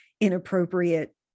inappropriate